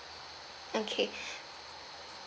okay